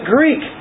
Greek